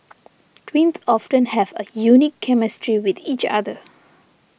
twins often have a unique chemistry with each other